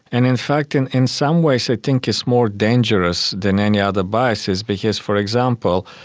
and in fact in in some ways i think it's more dangerous than any other biases because, for example,